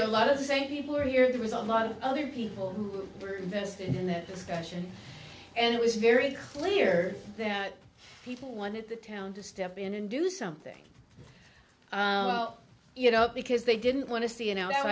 get a lot of the same people here it was a lot of other people who are invested in that discussion and it was very clear that people wanted the town to step in and do something well you know because they didn't want to see you know